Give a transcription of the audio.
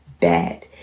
bad